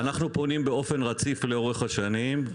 אנחנו פונים באופן רציף לאורך השנים.